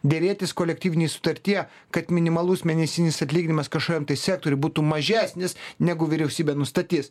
derėtis kolektyvinėj sutartyje kad minimalus mėnesinis atlyginimas kažkokiam tai sektoriui būtų mažesnis negu vyriausybė nustatys